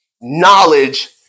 knowledge